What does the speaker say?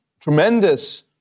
tremendous